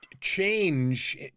change